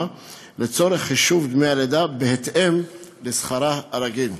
לצורך חישוב דמי הלידה בהתאם לשכרה הרגיל.